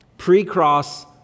Pre-cross